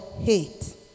hate